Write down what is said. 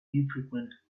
infrequent